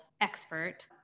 expert